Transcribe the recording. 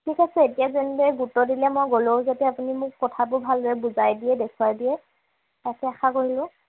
ঠিক আছে এতিয়া যেনেদৰে গুৰুত্ব দিলে মই গ'লেও যাতে আপুনি মোক কথাবোৰ ভালদৰে বুজাই দিয়ে দেখুৱাই দিয়ে তাকে আশা কৰিব